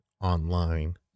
online